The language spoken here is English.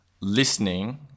listening